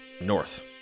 North